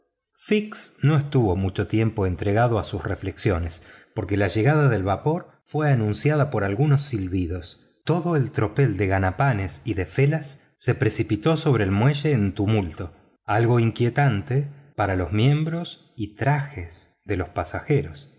no estuvo mucho tiempo entregado a sus reflexiones porque la llegada del vapor fue anunciada por algunos silbidos todo el tropel de ganapanes y de fellahs se precipitó sobre el muelle en tumulto algo inquietante para los miembros y trajes de los pasajeros